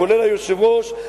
כולל היושב-ראש,